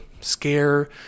scare